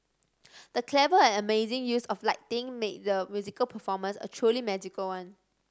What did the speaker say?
the clever and amazing use of lighting made the musical performance a truly magical one